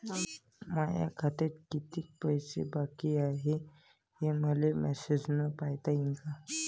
माया खात्यात कितीक पैसे बाकी हाय, हे मले मॅसेजन पायता येईन का?